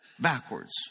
backwards